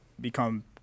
become –